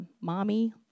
Mommy